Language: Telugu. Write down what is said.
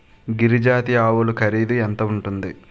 గిరి జాతి ఆవులు ఖరీదు ఎంత ఉంటుంది?